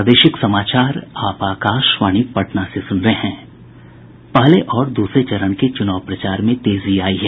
पहले और दूसरे चरण के चूनाव प्रचार में तेजी आयी है